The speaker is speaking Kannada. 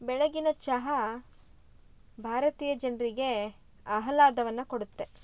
ಬೆಳಗಿನ ಚಹಾ ಭಾರತೀಯ ಜನ್ರಿಗೆ ಆಹ್ಲಾದವನ್ನ ಕೊಡುತ್ತೆ